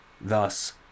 thus